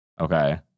Okay